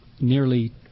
nearly